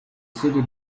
sedi